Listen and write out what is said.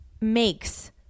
makes